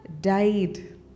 died